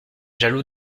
jaloux